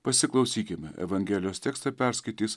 pasiklausykime evangelijos tekstą perskaitys